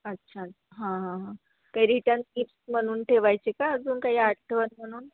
अच्छा हां हां हां काही रिटर्न गिफ्टस म्हणून ठेवायचे का अजून काही आठवण म्हणून